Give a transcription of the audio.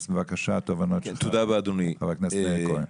אז בבקשה התובנות שלך, חבר הכנסת מאיר כהן.